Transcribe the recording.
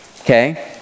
Okay